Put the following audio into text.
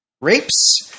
rapes